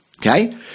Okay